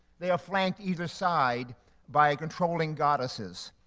they are flanked either side by controlling goddesses,